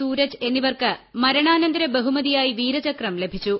സൂരജ് എന്നിവർക്ക് മരണാനന്തര ബഹുമതിയായി വീരചക്രം ലഭിച്ചു